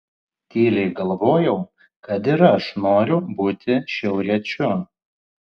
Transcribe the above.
tyliai galvojau kad ir aš noriu būti šiauriečiu